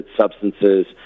substances